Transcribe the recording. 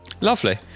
Lovely